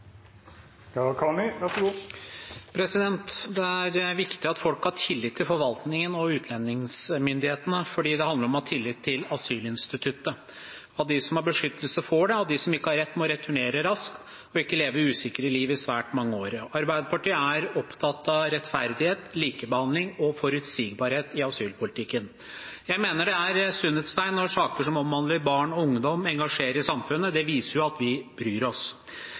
utlendingsmyndighetene fordi det handler om å ha tillit til asylinstituttet – at de som har rett på beskyttelse, får det, at de som ikke har rett på beskyttelse, må returnere raskt og ikke må leve et usikkert liv i svært mange år. Arbeiderpartiet er opptatt av rettferdighet, likebehandling og forutsigbarhet i asylpolitikken. Jeg mener det er et sunnhetstegn når saker som omhandler barn og ungdom, engasjerer i samfunnet. Det viser at vi bryr oss.